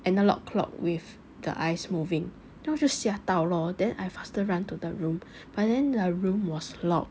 analog clock with the eyes moving then 我就吓到 lor then I faster run to the room but then the room was locked